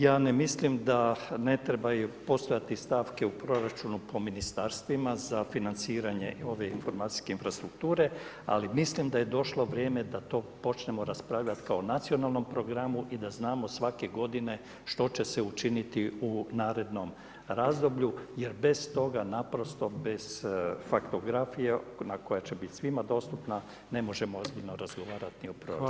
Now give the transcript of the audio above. Ja ne mislim da ne trebaju postojati stavke u proračunu po ministarstvima za financiranje ove informacijske infrastrukture ali mislim da je došlo vrijeme da to počnemo raspravljati kao nacionalnom programu i da znamo svake godine što će se učiniti u narednom razdoblju jer bez toga naprosto bez faktografije koja će biti svima dostupna ne možemo ozbiljno razgovarati ni o proračunu.